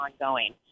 ongoing